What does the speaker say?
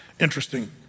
Interesting